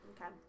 Okay